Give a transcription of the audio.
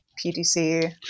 PDC